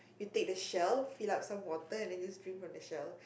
he take the shell fill up some water and then just drink from the shell